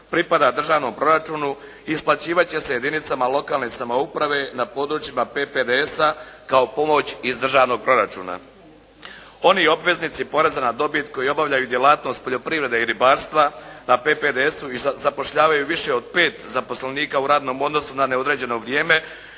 pripada državnom proračunu i isplaćivat će se jedinicama lokalne samouprave na područjima PPDS-a kao pomoć iz državnog proračuna. Oni obveznici poreza na dobit koji obavljaju djelatnost poljoprivrede i ribarstva na PPDS-u i zapošljavaju više od 5 zaposlenika u radnom odnosu na neodređeno vrijeme,